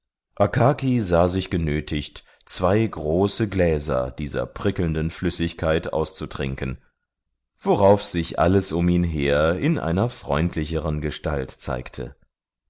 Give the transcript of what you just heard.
sah sich genötigt zwei große gläser dieser prickelnden flüssigkeit auszutrinken worauf sich alles um ihn her in einer freundlicheren gestalt zeigte